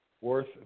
worth